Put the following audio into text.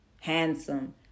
handsome